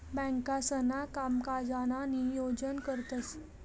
बँकांसणा कामकाजनं नियोजन करतंस